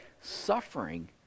suffering